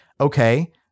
okay